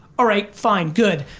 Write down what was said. alright, fine, good.